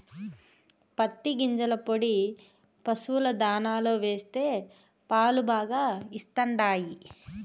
పత్తి గింజల పొడి పశుల దాణాలో వేస్తే పాలు బాగా ఇస్తండాయి